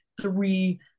three